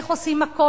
איך עושים הכול,